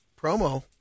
promo